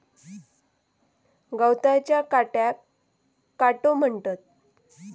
गवताच्या काट्याक काटो म्हणतत